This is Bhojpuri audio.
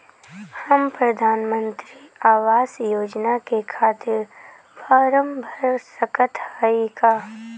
हम प्रधान मंत्री आवास योजना के खातिर फारम भर सकत हयी का?